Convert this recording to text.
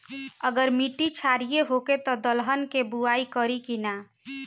अगर मिट्टी क्षारीय होखे त दलहन के बुआई करी की न?